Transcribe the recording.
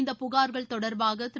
இந்தப் புகார்கள் தொடர்பாக திரு